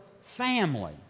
family